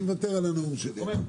אני אשמח מאוד להגיד כמה דברים,